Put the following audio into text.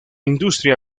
industria